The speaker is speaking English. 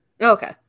Okay